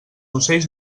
ocells